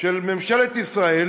של ממשלת ישראל